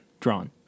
Drawn